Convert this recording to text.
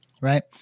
Right